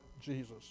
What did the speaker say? Jesus